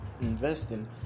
investing